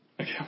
Okay